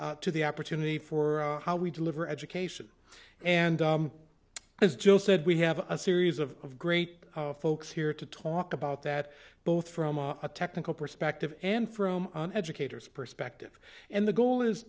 to the opportunity for how we deliver education and as jill said we have a series of great folks here to talk about that both from a technical perspective and from an educator's perspective and the goal is